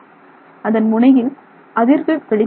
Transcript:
அதன் முனையில் அதிர்வு வெளிப்படுத்த வேண்டும்